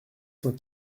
cent